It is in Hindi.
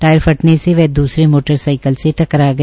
टायर फटने से वह दूसरे मोटरसाइकिल से टकरा गया